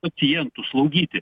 pacientu slaugyti